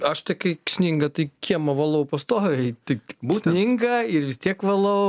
aš tai kai sninga tai kiemą valau pastoviai tai sninga ir vis tiek valau